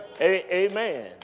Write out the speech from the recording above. Amen